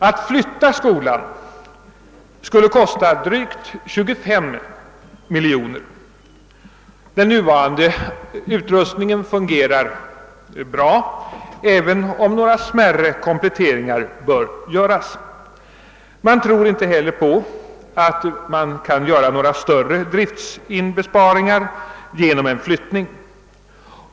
Att flytta skolan skulle kosta drygt 25 miljoner kronor. Den nuvarande utrustningen fungerar bra även om några smärre kompletteringar bör göras.